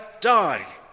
die